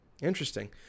Interesting